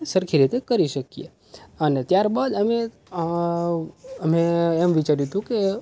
સરખી રીતે કરી શકીએ અને ત્યાર બાદ અમે અમે એમ વિચાર્યું હતું કે